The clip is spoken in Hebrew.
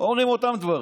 אומרים אותם דברים.